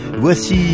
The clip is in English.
voici